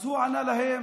אז הוא ענה להם: